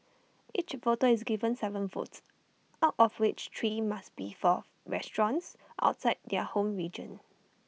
each voter is given Seven votes out of which three must be forth restaurants outside their home region